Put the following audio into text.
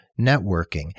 networking